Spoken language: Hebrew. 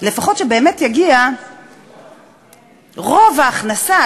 לפחות שבאמת יגיע רוב ההכנסה,